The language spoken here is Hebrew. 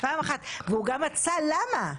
והוא גם מצא למה.